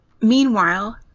Meanwhile